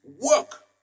work